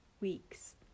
weeks